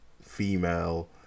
female